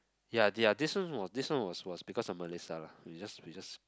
ya ya this one was this one was was because of Melissa lah we just we just